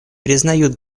признают